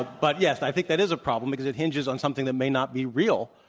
ah but yes, i think that is a problem because it hinges on something that may not be real.